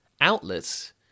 outlets